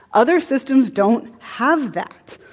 other systems don't have that.